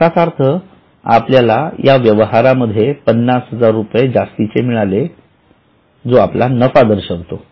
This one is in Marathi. याचा अर्थ आपल्याला या व्यवहारांमध्ये ५०००० रुपये जास्तीचे मिळाले जो आपला नफा दर्शवितो